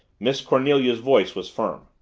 miss cornelia's voice was firm.